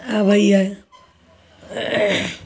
अबैए